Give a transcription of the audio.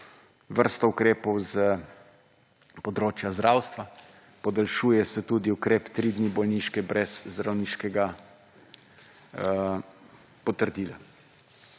vrsto ukrepov s področja zdravstva. Podaljšuje se tudi ukrep 3 dni bolniške brez zdravniškega potrdila.